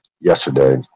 yesterday